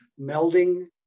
melding